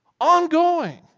ongoing